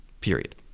period